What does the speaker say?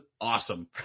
awesome